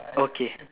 okay